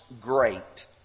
great